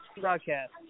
broadcast